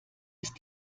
ist